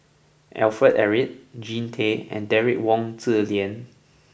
Alfred Eric Jean Tay and Derek Wong Zi Lian